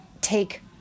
take